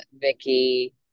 vicky